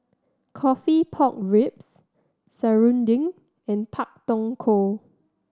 coffee pork ribs serunding and Pak Thong Ko